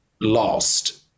lost